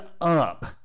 up